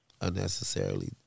unnecessarily